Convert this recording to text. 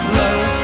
love